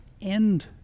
end